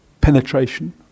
penetration